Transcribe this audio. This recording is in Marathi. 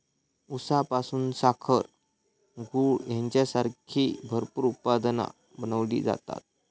ऊसापासून साखर, गूळ हेंच्यासारखी भरपूर उत्पादना बनवली जातत